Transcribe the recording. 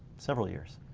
several years.